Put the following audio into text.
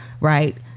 Right